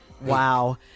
Wow